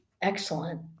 Excellent